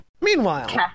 Meanwhile